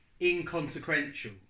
inconsequential